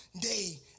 day